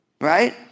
Right